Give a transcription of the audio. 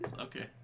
Okay